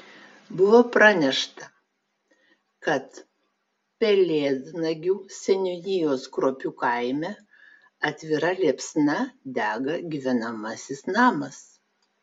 buvo pranešta kad pelėdnagių seniūnijos kruopių kaime atvira liepsna dega gyvenamasis namas